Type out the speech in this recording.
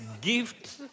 gift